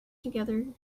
together